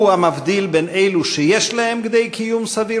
הוא המבדיל בין אלו שיש להם כדי קיום סביר